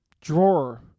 drawer